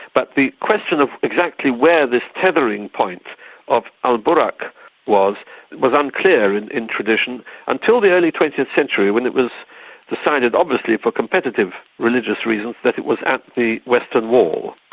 but the question of exactly where this tethering point of al baraq was was unclear and in tradition until the early twentieth century when it was decided, obviously for competitive religious reasons, that it was at the western wall.